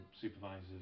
supervisors